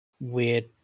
weird